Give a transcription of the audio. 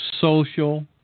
social